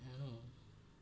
ଏଣୁ